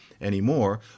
anymore